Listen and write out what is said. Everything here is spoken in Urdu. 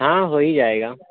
ہاں ہو ہی جائے گا